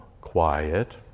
quiet